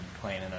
Playing